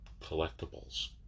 collectibles